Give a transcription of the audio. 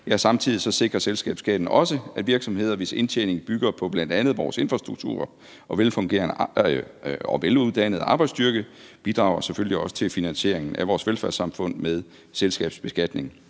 Samtidig sikrer selskabsskatten også virksomheder, hvis indtjening bl.a. bygger på vores infrastruktur; og en velfungerende og veluddannet arbejdsstyrke bidrager selvfølgelig også til finansieringen af vores velfærdssamfund med selskabsbeskatning.